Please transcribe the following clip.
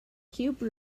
cube